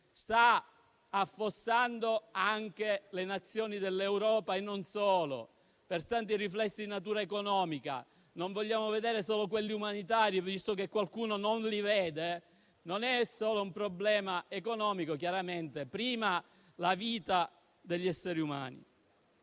sta affossando anche le Nazioni dell'Europa, e non solo, per tanti riflessi di natura economica. Non vogliamo vedere solo i profili umanitari visto che qualcuno non li vede. Non è chiaramente solo un problema economico: la vita degli esseri umani